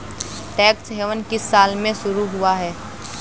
Tax haven किस साल में शुरू हुआ है?